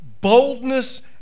Boldness